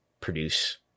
produce